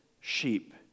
sheep